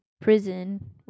prison